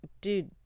Dude